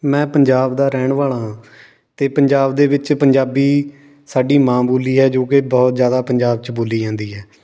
ਮੈਂ ਪੰਜਾਬ ਦਾ ਰਹਿਣ ਵਾਲਾ ਹਾਂ ਅਤੇ ਪੰਜਾਬ ਦੇ ਵਿੱਚ ਪੰਜਾਬੀ ਸਾਡੀ ਮਾਂ ਬੋਲੀ ਹੈ ਜੋ ਕਿ ਬਹੁਤ ਜ਼ਿਆਦਾ ਪੰਜਾਬ 'ਚ ਬੋਲੀ ਜਾਂਦੀ ਹੈ